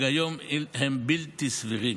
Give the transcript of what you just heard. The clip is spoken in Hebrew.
שהיום הם בלתי סבירים.